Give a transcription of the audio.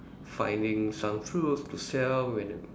finding some fruits to sell when